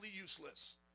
useless